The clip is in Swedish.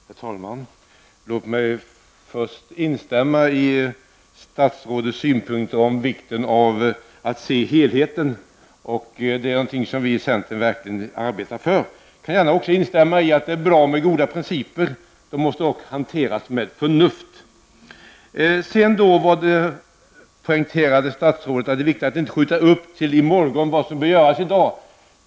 Herr talman! Låt mig först instämma i statsrådets synpunkter på vikten av att se helheten. Det är någonting som vi i centern verklige arbetar för. Jag skall gärna också instämma i att det är bra med goda principer. De måste dock hanteras med förnuft. Statsrådet poängterade att det är viktigt att inte skjuta upp till morgondagen vad som behöver göras i dag.